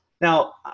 Now